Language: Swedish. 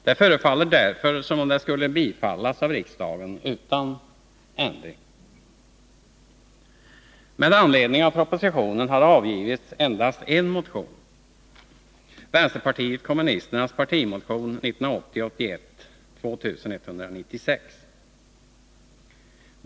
Det förefaller därför som om förslaget skulle bifallas av riksdagen utan ändring. Med anledning av propositionen har det avgivits endast en motion, vänsterpartiet kommunisternas partimotion 1980/81:2196.